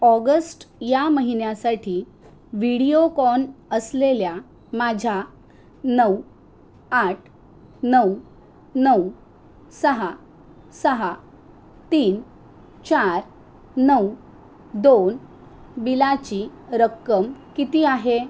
August या महिन्यासाठी वीडिओकॉन असलेल्या माझ्या नऊ आठ नऊ नऊ सहा सहा तीन चार नऊ दोन बिलाची रक्कम किती आहे